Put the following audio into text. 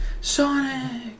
sonic